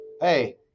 hey